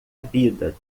vida